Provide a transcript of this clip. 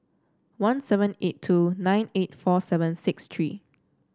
one seven eight two nine eight four seven six three